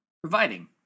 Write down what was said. providing